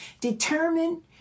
determine